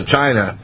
China